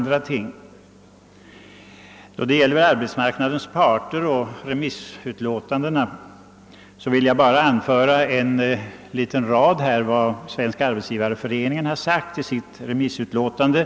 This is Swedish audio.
Då det gäller arbetsmarknadens parter och remissyttrandena vill jag beträffande hänvisningarna till olika finansieringsmöjligheter endast anföra några rader ur Arbetsgivareföreningens yttrande.